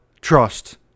trust